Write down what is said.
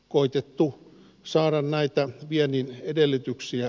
koitettu saada näitä viennin edellytyksiä